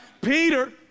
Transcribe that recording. Peter